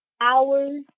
hours